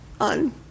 on